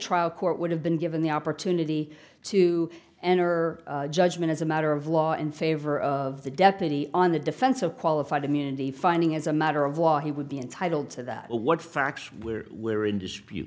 trial court would have been given the opportunity to enter judgment as a matter of law in favor of the deputy on the defense of qualified immunity finding as a matter of law he would be entitled to that what facts where we're in